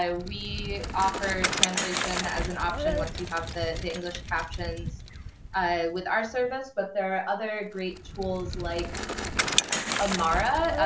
ah we offer translation as an option once you have the the english captions with our service, but there are other great tools like amara,